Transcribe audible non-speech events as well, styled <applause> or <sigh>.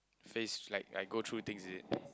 face like I go through things is it <noise>